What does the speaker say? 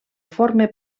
forme